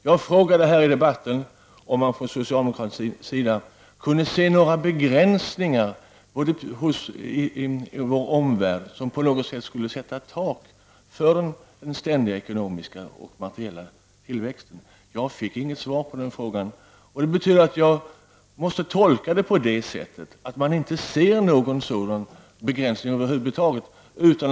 Jag frågade här i debatten om man från socialdemokraternas sida kunde se några begränsningar i vår omvärld som på något sätt skulle sätta ett tak för den ständiga ekonomiska och materiella tillväxten. Jag fick inget svar på den frågan, och det betyder att jag måste göra den tolkningen att man inte ser någon sådan begränsning över huvud taget.